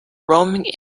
roaming